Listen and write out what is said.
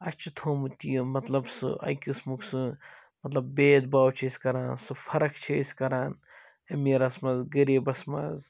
اَسہِ چھُ تھوٚومُت یہِ مَطلَب سُہ اکہِ قٕسمُک سُہ مَطلَب بید باو چھِ أسۍ کَران سُہ فرق چھِ أسۍ کَران أمیٖرَس مَنٛز غریٖبَس مَنٛز